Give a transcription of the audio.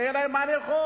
שיהיה להם מה לאכול.